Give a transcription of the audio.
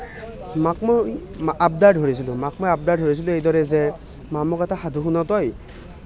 মাক মই আব্দাৰ ধৰিছিলোঁ মাক মই আব্দাৰ ধৰিছিলোঁ এইদৰে যে মা মোক এটা সাধু শুনা তই